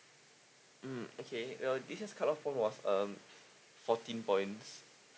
mm okay uh this year's cut off point was um fourteen points